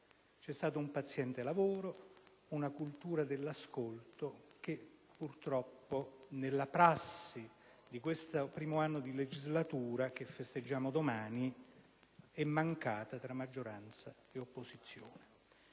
è stato un paziente lavoro, una cultura dell'ascolto che, purtroppo, nella prassi di questo primo anno di legislatura che festeggiamo domani, è mancata tra maggioranza e opposizione.